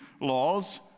laws